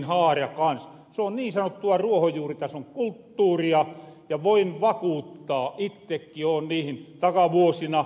se on niin sanottua ruohonjuuritason kulttuuria ja ittekin oon niihin osallistunu takavuosina